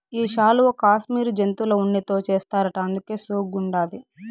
ఈ శాలువా కాశ్మీరు జంతువుల ఉన్నితో చేస్తారట అందుకే సోగ్గుండాది